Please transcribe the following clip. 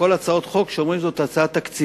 הבעיה בכל הצעות החוק היא שאומרים שזו הצעה תקציבית.